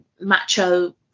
macho